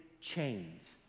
chains